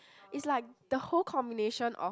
it's like the whole combination of